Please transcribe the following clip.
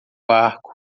barco